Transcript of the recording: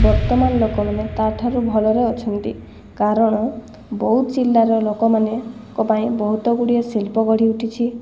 ବର୍ତ୍ତମାନ ଲୋକମାନେ ତାଠାରୁ ଭଲରେ ଅଛନ୍ତି କାରଣ ବୌଦ୍ଧ ଜିଲ୍ଲାର ଲୋକମାନଙ୍କ ପାଇଁ ଶିଳ୍ପ ଗଢ଼ିଉଠିଛି